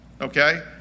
okay